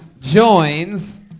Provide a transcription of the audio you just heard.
joins